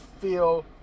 feel